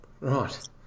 Right